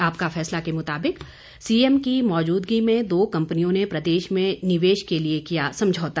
आपका फैसला के मुताबिक सीएम की मौजूदगी में दो कंपनियों ने प्रदेश में निवेश के लिए किया समझौता